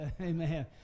Amen